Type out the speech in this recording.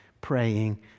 praying